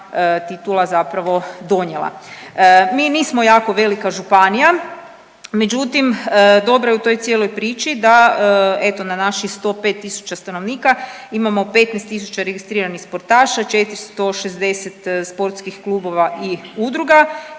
titula donijela. Mi nismo jako velika županija, međutim dobro je u toj cijeloj priči da eto na naših 105.000 stanovnika imamo 15.000 registriranih sportaša, 460 sportskih klubova i udruga